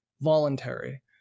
voluntary